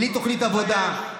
בלי תוכנית עבודה,